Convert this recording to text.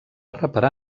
reparar